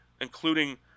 including